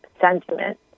sentiment